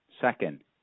Second